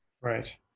right